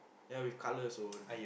ya with colour also